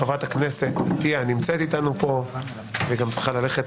חברת הכנסת עטייה נמצאת איתנו פה והיא גם צריכה ללכת